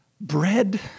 Bread